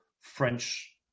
french